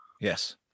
Yes